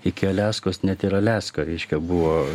iki aliaskos net ir aliaską reiškia buvo